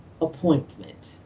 appointment